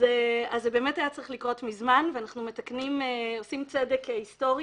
אז זה באמת היה צריך לקרות מזמן ואנחנו עושים צדק היסטורי,